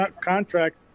contract